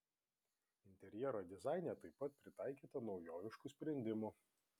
interjero dizaine taip pat pritaikyta naujoviškų sprendimų